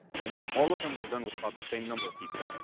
and that is that all of them were done with about the same number of people.